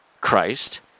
Christ